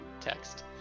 text